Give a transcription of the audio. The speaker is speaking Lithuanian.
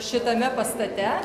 šitame pastate